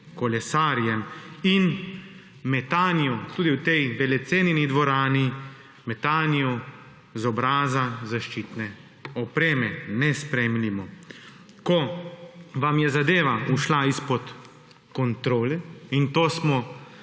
kolesarjem in metanju tudi v tej velecenjeni dvorani, metanju z obraza zaščitne opreme, nesprejemljivo. Ko vam je zadeva ušla izpod kontrole in to smo